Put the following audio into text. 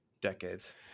decades